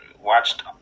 watched